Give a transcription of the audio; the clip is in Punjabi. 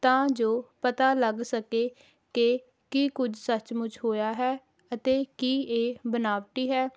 ਤਾਂ ਜੋ ਪਤਾ ਲੱਗ ਸਕੇ ਕਿ ਕੀ ਕੁਝ ਸੱਚਮੁੱਚ ਹੋਇਆ ਹੈ ਅਤੇ ਕੀ ਇਹ ਬਣਾਵਟੀ ਹੈ